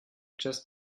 just